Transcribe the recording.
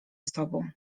sobą